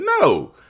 No